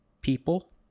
people